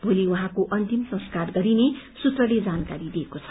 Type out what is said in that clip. भोली उहाँको अन्तीम संस्कार गरिने सूत्रले जानकारी दिएको छ